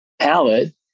palette